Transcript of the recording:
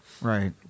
Right